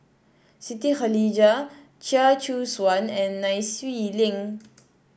Siti Khalijah Chia Choo Suan and Nai Swee Leng